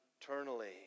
eternally